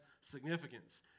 significance